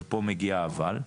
ופה מגיע האבל,